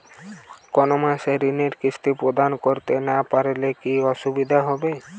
কোনো মাসে ঋণের কিস্তি প্রদান করতে না পারলে কি অসুবিধা হবে?